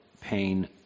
pain